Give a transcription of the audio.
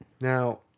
Now